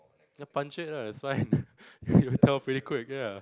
ya puncture it [la] that's fine you'll tell pretty quick ya